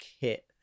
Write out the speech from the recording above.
hit